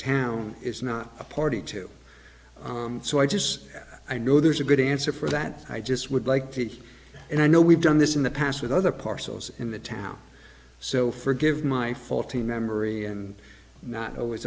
town is not a party to so i just i know there's a good answer for that i just would like to and i know we've done this in the past with other parcels in the town so forgive my faulty memory and not always